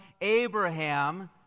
Abraham